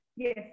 Yes